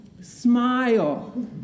Smile